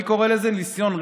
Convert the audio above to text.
אני קורא לזה ניסיון רצח,